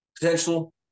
Potential